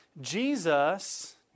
Jesus